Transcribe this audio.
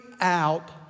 out